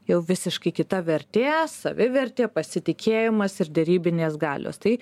jau visiškai kita vertė savivertė pasitikėjimas ir derybinės galios tai